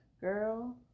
girl